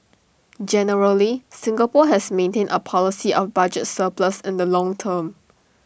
generally Singapore has maintained A policy of budget surplus in the long term